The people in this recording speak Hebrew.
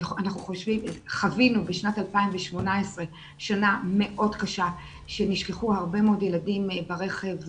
אנחנו חווינו בשנת 2018 שנה מאוד קשה שנשכחו הרבה מאוד ילדים ברכב,